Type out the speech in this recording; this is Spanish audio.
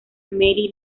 mary